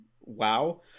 wow